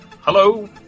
Hello